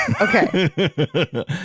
okay